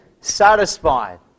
satisfied